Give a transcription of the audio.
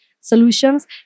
solutions